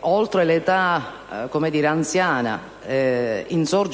oltre che nell'età anziana,